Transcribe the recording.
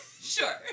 Sure